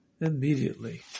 immediately